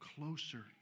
closer